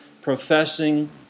professing